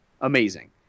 amazing